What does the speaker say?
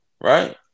right